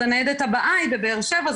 אז הניידת הבאה היא בבאר שבע,